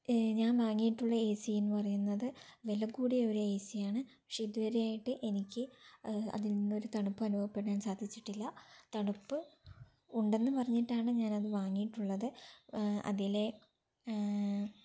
ഞാന് വാങ്ങിയിട്ടുള്ള എ സിന്നു പറയുന്നത് വിലക്കൂടിയ ഒരു എ സിയാണ് പക്ഷേ ഇതുവരെയായിട്ട് എനിക്ക് അതില്നിന്നൊരു തണുപ്പനുഭവപ്പെടാന് സാധിച്ചിട്ടില്ല തണുപ്പ് ഉണ്ടെന്നു പറഞ്ഞിട്ടാണ് ഞാനത് വാങ്ങിയിട്ടുള്ളത് അതിലെ